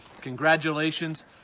Congratulations